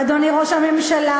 אדוני ראש הממשלה,